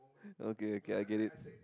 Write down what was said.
okay okay I get it